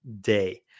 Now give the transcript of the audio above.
day